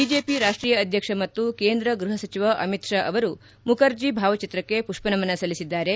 BJP ರಾಷ್ಟೀಯ ಅಧ್ಯಕ್ಷ ಮತ್ತು ಕೇಂದ್ರ ಗೃಪ ಸಚಿವ ಅಮಿತ್ ಷಾ ಅವರು ಮುಖರ್ಜಿ ಭಾವಚಿತ್ರಕ್ಕೆ ಮಷ್ಷನಮನ ಸಲ್ಲಸಿದ್ದಾರೆ